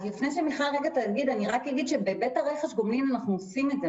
אז לפני שמיכל תענה אני רק אגיד שבהיבט רכש הגומלין אנחנו עושים את זה.